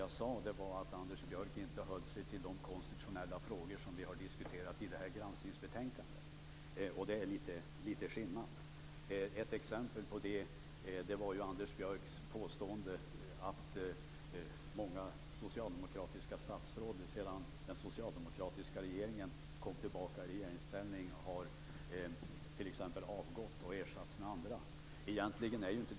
Jag sade att Anders Björck inte höll sig till de konstitutionella frågor som vi har diskuterat i det här granskningsbetänkandet, och det är litet skillnad. Ett exempel var Anders Björcks påstående att många socialdemokratiska statsråd sedan den socialdemokratiska regeringen kom tillbaka i regeringsställning t.ex. har avgått och ersatts av andra.